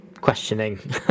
questioning